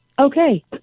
okay